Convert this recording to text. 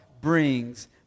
brings